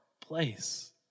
place